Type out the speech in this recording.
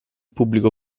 pubblico